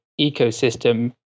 ecosystem